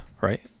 right